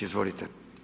Izvolite.